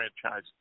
franchise